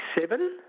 seven